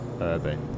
urban